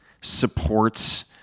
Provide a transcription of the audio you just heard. supports